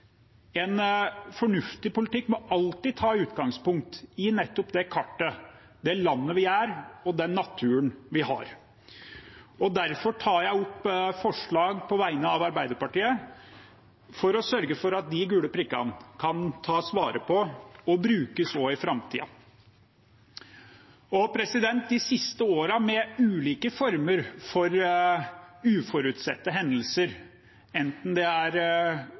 En fornuftig politikk må alltid ta utgangspunkt i nettopp det kartet, det landet vi er, og den naturen vi har. Derfor tar jeg opp forslag på vegne av Arbeiderpartiet, for å sørge for at de gule prikkene kan tas vare på og brukes også i framtiden. De siste årene med ulike former for uforutsette hendelser, enten det er